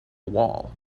wall